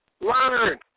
Learn